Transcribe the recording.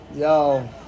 Yo